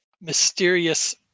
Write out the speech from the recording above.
Mysterious